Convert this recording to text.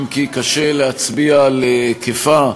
אם כי קשה להצביע על היקפה.